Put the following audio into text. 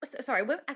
sorry